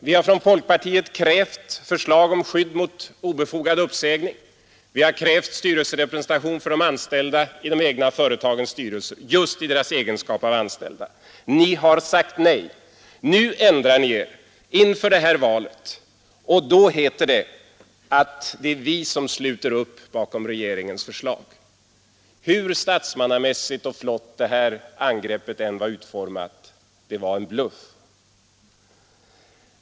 Vi har från folkpå tiet krävt förslag om ägning, vi har krävt styrel representation för de ställda i de egna företagens styrelser just i deras egenskap av anställda. Ni har sagt nej. Nu ändrar ni er inför det här valet, och då heter det att det är vi som sluter upp bakom regeringens förslag. Hur statsmannamässigt och flott det här angreppet än var utformat — det var en bluff.